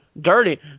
dirty